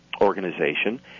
organization